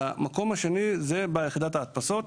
והמקום השני הוא ביחידת ההדפסות,